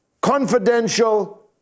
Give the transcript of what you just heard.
confidential